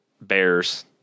Bears